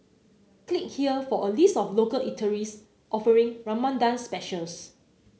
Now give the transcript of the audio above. click here for a list of local eateries offering Ramadan specials